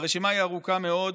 הרשימה ארוכה מאוד,